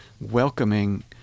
welcoming